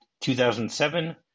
2007